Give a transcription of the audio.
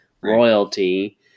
royalty